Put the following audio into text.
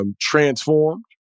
Transformed